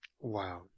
Wow